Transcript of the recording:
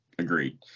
Agreed